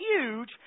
huge